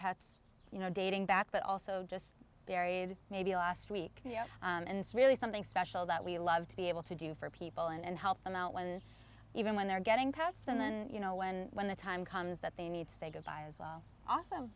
paths you know dating back but also just buried maybe last week and really something special that we love to be able to do for people and help them out when even when they're getting pets and then you know when when the time comes that they need to say goodbye as well awesome